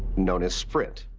known as sprint.